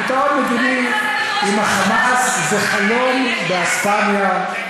פתרון מדיני עם ה"חמאס" זה חלום באספמיה.